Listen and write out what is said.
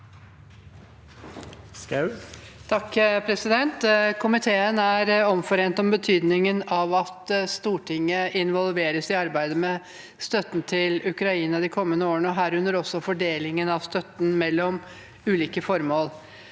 (H) Komiteen er omforent om betydningen av at Stortinget involveres i arbeidet med støtten til Ukraina de kommende årene, herunder også fordelingen av støtten mellom ulike formål.